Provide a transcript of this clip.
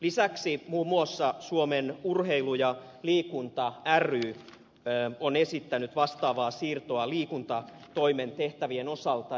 lisäksi muun muassa suomen liikunta ja urheilu ry on esittänyt vastaavaa siirtoa liikuntatoimen tehtävien osalta